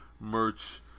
merch